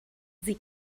sie